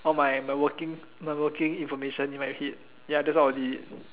or my my working my working information if I exit ya that's what I would delete